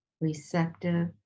receptive